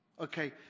Okay